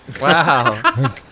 Wow